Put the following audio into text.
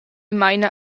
maina